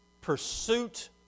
pursuit